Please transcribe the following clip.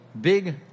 big